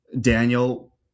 Daniel